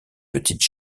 petite